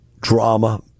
drama